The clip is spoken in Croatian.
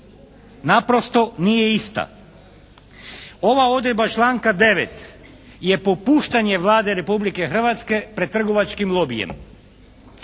Naprosto nije ista. Ova odredba članka 9. je popuštanje Vlade Republike Hrvatske pred trgovačkim lobijem,